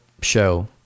show